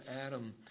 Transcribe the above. Adam